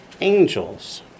angels